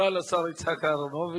תודה לשר יצחק אהרונוביץ.